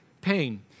pain